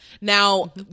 now